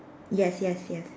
yes yes yes